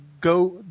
go